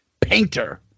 painter